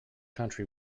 country